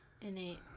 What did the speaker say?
Innate